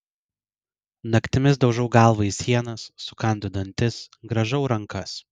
naktimis daužau galvą į sienas sukandu dantis grąžau rankas